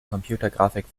computergrafik